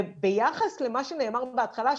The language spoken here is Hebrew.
וביחס למה שנאמר פה בהתחלה,